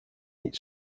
eat